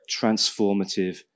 transformative